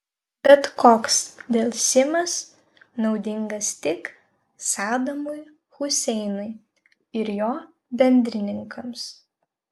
bet koks delsimas naudingas tik sadamui huseinui ir jo bendrininkams